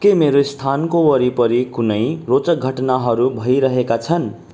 के मेरो स्थानको वरिपरि कुनै रोचक घटनाहरू भइरहेका छन्